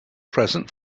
present